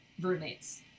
roommates